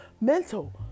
mental